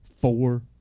four